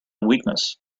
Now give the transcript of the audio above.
weakness